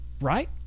Right